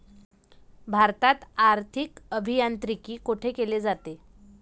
भारतात आर्थिक अभियांत्रिकी कोठे केले जाते?